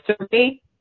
survey